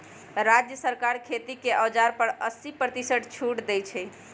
राज्य सरकार खेती के औजार पर अस्सी परतिशत छुट देई छई